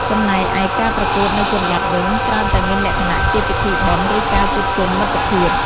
ចំណែកឯការប្រកួតនៅជនបទវិញ ច្រើនតែមានលក្ខណៈជាពិធីបុណ្យ ឬការជួបជុំមិត្តភាព។